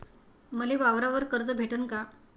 मले वावरावर कर्ज भेटन का?